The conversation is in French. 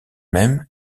même